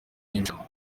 y’irushanwa